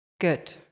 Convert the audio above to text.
good